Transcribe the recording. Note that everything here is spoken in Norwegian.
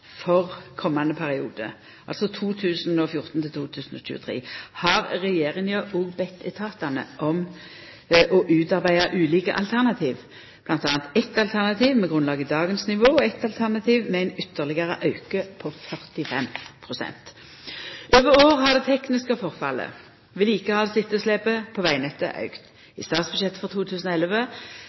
for komande periode, altså 2014–2023, har regjeringa bedt etatane om å utarbeida ulike alternativ, bl.a. eitt alternativ med grunnlag i dagens nivå og eitt alternativ med ein ytterlegare auke på 45 pst. Over år har det tekniske forfallet – vedlikehaldsetterslepet – på vegnettet auka. I statsbudsjettet for 2011